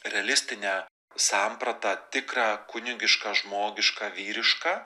realistinę sampratą tikrą kunigišką žmogišką vyrišką